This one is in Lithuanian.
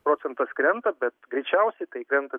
procentas krenta bet greičiausiai tai krenta